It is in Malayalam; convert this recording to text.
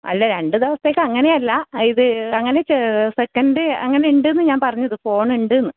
അല്ല രണ്ടു ദിവസത്തേക്കങ്ങനെയല്ല ഇത് അങ്ങനെ സെക്കൻഡ് അങ്ങനിണ്ട്ന്ന് ഞാൻ പറഞ്ഞത് ഫോണിണ്ട്ന്ന്